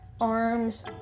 arms